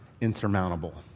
insurmountable